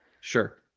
Sure